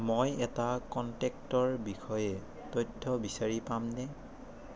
মই এটা কণ্টেক্টৰ বিষয়ে তথ্য বিচাৰি পাম নে